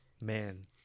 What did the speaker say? man